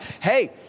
hey